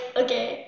okay